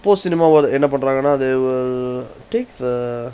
post cinema என்ன பண்றாங்கனா அது:enna panrangana athu err they will take the